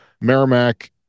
Merrimack